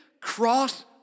cross